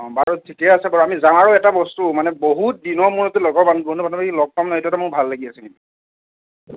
বাৰু ঠিকে আছে বাৰু আমি যাওঁ আৰু এটা বস্তু বহুত দিনৰ মূৰত যে লগৰ বন্ধু বান্ধৱীক লগ পাম ন' সেইটো এটা ভাল লাগি আছে কিন্তু